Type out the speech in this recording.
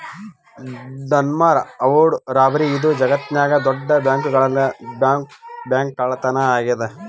Dunbar armoured robbery ಇದು ಜಗತ್ನ್ಯಾಗ ದೊಡ್ಡ ಬ್ಯಾಂಕ್ಕಳ್ಳತನಾ ಆಗೇದ